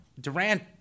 Durant